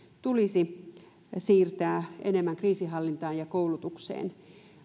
tulisi siirtää enemmän kriisinhallintaan ja koulutukseen